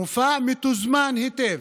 מופע מתוזמן היטב,